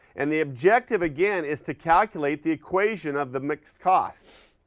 and the objective, again, is to calculate the equation of the mixed cost.